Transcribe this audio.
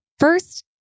First